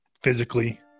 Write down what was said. physically